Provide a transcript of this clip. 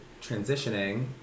transitioning